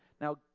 Now